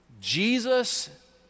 Jesus